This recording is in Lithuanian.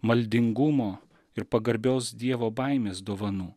maldingumo ir pagarbios dievo baimės dovanų